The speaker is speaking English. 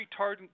retardant